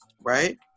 Right